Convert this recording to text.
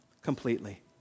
completely